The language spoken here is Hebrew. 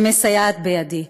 שמסייעת בידי,